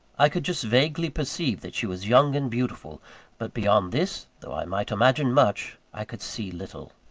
i could just vaguely perceive that she was young and beautiful but, beyond this, though i might imagine much, i could see little.